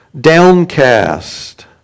downcast